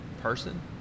person